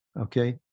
Okay